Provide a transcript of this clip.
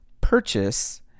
purchase